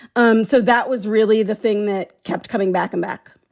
um so that was really the thing that kept coming back and back